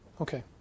Okay